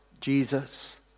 Jesus